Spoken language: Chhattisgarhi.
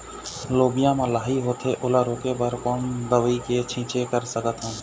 लोबिया मा लाही होथे ओला रोके बर कोन दवई के छीचें कर सकथन?